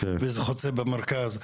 וזה חוצה במרכז,